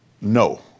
no